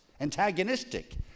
antagonistic